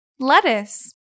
lettuce